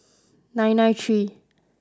nine nine three